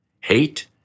hate